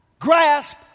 grasp